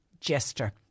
jester